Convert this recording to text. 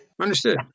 Understood